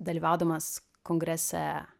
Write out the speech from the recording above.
dalyvaudamas kongrese